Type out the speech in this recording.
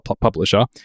publisher